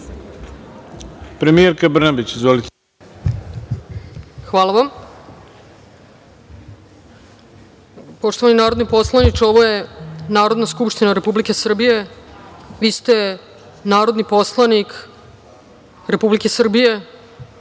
**Ana Brnabić** Hvala vam. Poštovani narodni poslaniče, ovo je Narodna skupština Republike Srbije, vi ste narodni poslanik Republike Srbije,